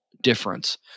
difference